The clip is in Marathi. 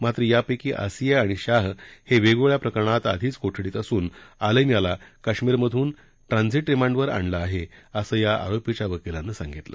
मात्र यापैकी आसिया आणि शाह हे वेगळ्या प्रकरणात आधीच कोठडीत असून आलम याला कश्मीरमधून ट्रांझिट रिमांडवर आणलं आहे असं या आरोपीच्या वकिलानं सांगितलं